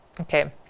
Okay